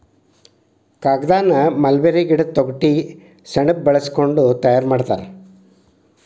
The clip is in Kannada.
ಕಾಗದಾನ ಮಲ್ಬೇರಿ ಗಿಡದ ತೊಗಟಿ ಸೆಣಬ ಬಳಸಕೊಂಡ ತಯಾರ ಮಾಡ್ತಾರ